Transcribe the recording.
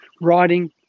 writing